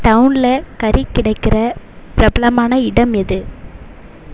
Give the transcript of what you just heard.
டவுனில் கறி கிடைக்கிற பிரபலமான இடம் எது